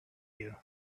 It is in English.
you